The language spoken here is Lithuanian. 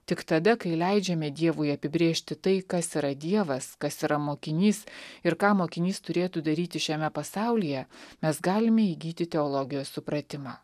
tik tada kai leidžiame dievui apibrėžti tai kas yra dievas kas yra mokinys ir ką mokinys turėtų daryti šiame pasaulyje mes galime įgyti teologijos supratimą